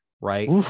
right